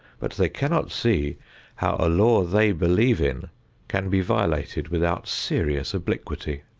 but they cannot see how a law they believe in can be violated without serious obliquity.